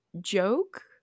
joke